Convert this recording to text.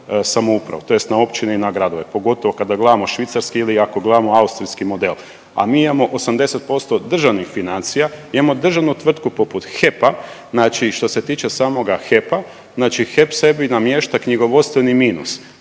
samoupravu, tj. na općine i na gradove pogotovo kada gledamo švicarski ili ako gledamo austrijski model, a mi imamo 80% državnih financija, imamo državnu tvrtku poput HEP-a, znači što se tiče samoga HEP-a, HEP sebi namješta knjigovodstveni minus,